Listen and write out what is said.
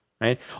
right